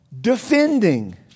defending